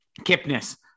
kipness